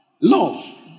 love